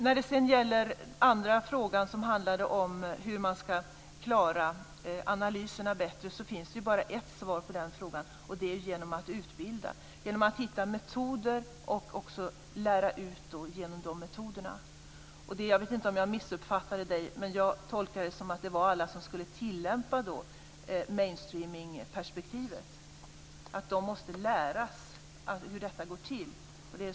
När det gäller den andra frågan, som handlade om hur man ska klara analyser bättre, finns det bara ett svar, och det är genom utbildning, genom att hitta metoder och genom att lära ut dessa metoder. Jag vet inte om jag missuppfattade Camilla Sköld Jansson, men jag tolkade det som att det gällde alla som skulle tillämpa mainstreaming-perspektivet. De måste lära sig hur detta går till.